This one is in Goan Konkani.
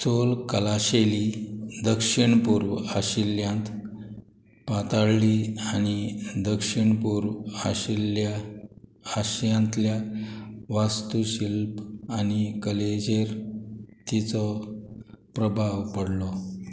चोल कलाशैली दक्षीण पूर्व आशिल्ल्यांत पाताळ्ळी आनी दक्षीणपूर्व आशिल्ल्या आशियांतल्या वास्तूशिल्प आनी कलेचेर तिचो प्रभाव पडलो